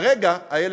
איילת,